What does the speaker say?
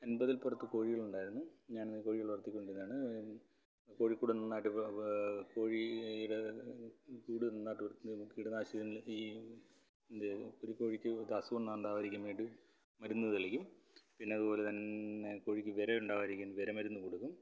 അന്പതില് പുറത്ത് കോഴികളുണ്ടായിരുന്നു ഞാന് കോഴി വളര്ത്തിക്കൊണ്ടിരുന്നതാണ് കോഴിക്കൂട് നന്നായിട്ട് കോഴിയുടെ കൂട് നന്നായിട്ട് കീടനാശിനികള് ഈ ഇത് ഒരു കോഴിക്കും അസുഖം ഒന്നും ഉണ്ടാകാതിരിക്കാന് വേണ്ടി മരുന്ന് തളിക്കും പിന്നെ അതുപോലെതന്നെ കോഴിക്ക് വിര ഉണ്ടാകാതിരിക്കാൻ വിര മരുന്ന് കൊടുക്കും